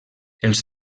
els